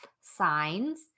signs